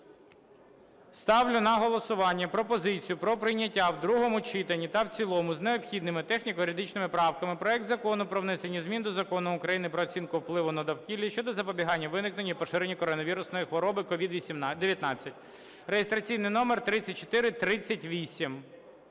Ставлю на голосування пропозицію про прийняття в другому читанні та в цілому з необхідними техніко-юридичними правками проект Закону про внесення змін до Закону України "Про оцінку впливу на довкілля" щодо запобігання виникненню і поширенню коронавірусної хвороби (COVID-19) (реєстраційний номер 3438).